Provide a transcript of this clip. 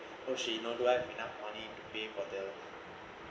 oh shit now I do not have enough money to pay for them